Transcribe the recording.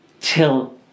till